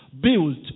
built